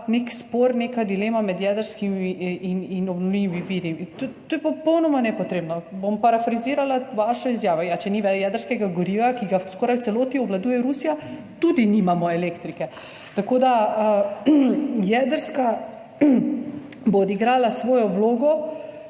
nek spor, neka dilema med jedrskimi in obnovljivimi viri. To je popolnoma nepotrebno. Bom parafrazirala vašo izjavo. Ja, če ni jedrskega goriva, ki ga skoraj v celoti obvladuje Rusija, tudi nimamo elektrike, tako da bo jedrska odigrala svojo vlogo,